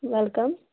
welcome